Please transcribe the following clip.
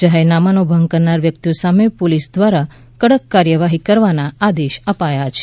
જાહેરનામાનો ભંગ કરનાર વ્યક્તિઓ સામે પોલીસ દ્વારા કડક કાર્યવાહી કરવાના આદેશ અપાયા છે